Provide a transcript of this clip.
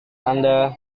anda